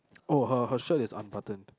oh her her shirt is unbuttoned